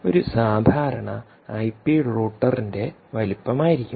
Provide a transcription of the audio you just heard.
ഒരു സാധാരണ ഐപി റൂട്ടറിന്റെവലിപ്പം ആയിരിക്കും